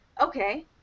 okay